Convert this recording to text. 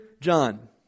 John